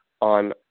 on